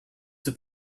that